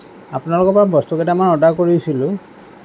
আপোনালোকৰ পৰা বস্তু কেইটামান অৰ্ডাৰ কৰিছিলোঁ